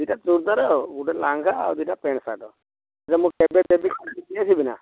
ଦୁଇଟା ଚୁଡ଼ିଦାର ଗୋଟେ ଲାଙ୍ଗା ଆଉ ଦୁଇଟା ପ୍ୟାଣ୍ଟ ସାର୍ଟ ଯେ ମୁଁ କେବେ ଦେବି ଦେଇ ଆସିବିନା